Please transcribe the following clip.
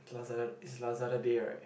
it's lazadar~ it's Lazada day right